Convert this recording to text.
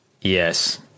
Yes